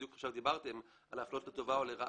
בדיוק עכשיו דיברתם על להפלות אותם לטובה או לרעה.